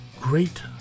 great